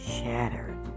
shattered